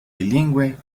bilingüe